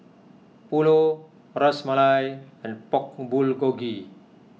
Pulao Ras Malai and Pork Bulgogi